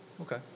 Okay